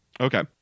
Okay